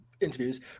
interviews